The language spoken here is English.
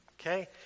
Okay